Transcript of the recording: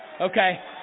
Okay